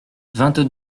vingt